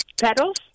Pedals